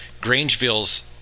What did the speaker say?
Grangeville's